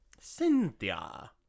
Cynthia